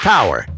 Power